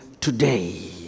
today